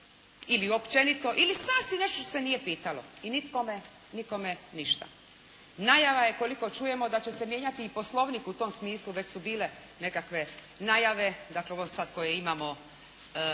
ili općenito, ili sasvim nešto što se nije pitalo i nikome ništa. Najava je koliko čujemo da će se mijenjati i poslovnik u tom smislu, već su bile nekakve najave dakle ove sad koje imamo